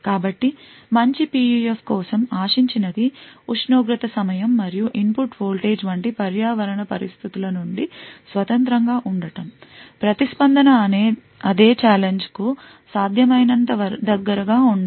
కాబట్టి మంచి PUF కోసం ఆశించినది ఉష్ణోగ్రత సమయం మరియు ఇన్పుట్ వోల్టేజ్ వంటి పర్యావరణ పరిస్థితుల నుండి స్వతంత్రంగా ఉండటం ప్రతిస్పందన అదే ఛాలెంజ్కు సాధ్యమైనంత దగ్గరగా ఉండాలి